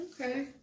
Okay